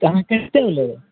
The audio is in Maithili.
अहाँ कतेकमे लेबै